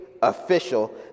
official